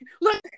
Look